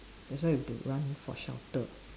that's why we have to run for shelter